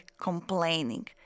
complaining